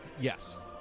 Yes